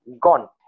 Gone